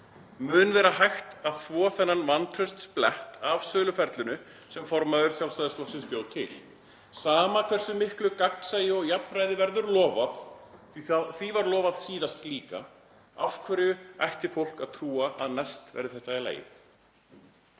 verður hægt að þvo þennan vantraustsblett af söluferlinu sem formaður Sjálfstæðisflokksins bjó til? Sama hversu miklu gagnsæi og jafnræði verður lofað, því að því var lofað síðast líka, af hverju ætti fólk að trúa að næst verði þetta í lagi?